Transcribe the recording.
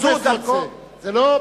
זו דרכו, את זה ג'ומס רוצה, זה לא נתניהו.